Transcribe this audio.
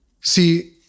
See